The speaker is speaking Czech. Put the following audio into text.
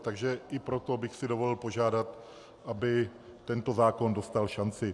Takže i proto bych si dovolil požádat, aby tento zákon dostal šanci.